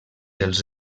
dels